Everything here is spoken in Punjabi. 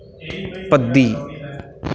ਭੱਦੀ